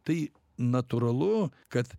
tai natūralu kad